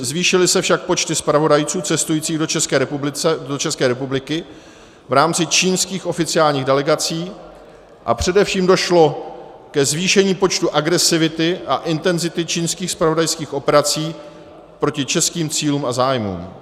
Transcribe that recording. Zvýšily se však počty zpravodajců cestujících do České republiky v rámci čínských oficiálních delegací a především došlo ke zvýšení počtu agresivity a intenzity čínských zpravodajských operací proti českým cílům a zájmům.